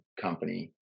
company